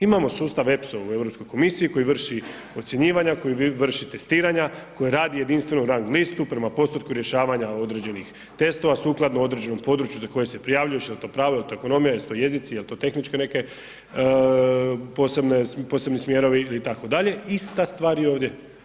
Imamo sustav EPSO u Europskoj komisiji koji vrši ocjenjivanja, koji vrši testiranja koji radi jedinstvenu rang listu prema postotku rješavanja određenih testova sukladno određenom području za koje se prijavljuješ, jel to pravo, jel to ekonomija, jesu to jezici, jesu to tehničke neke posebni smjerovi itd., ista stvar je i ovdje.